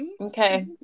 Okay